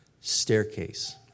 staircase